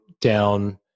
down